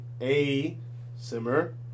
A-Simmer